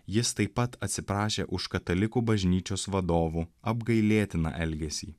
jis taip pat atsiprašė už katalikų bažnyčios vadovų apgailėtiną elgesį